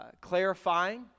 clarifying